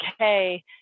okay